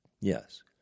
Yes